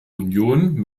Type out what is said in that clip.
union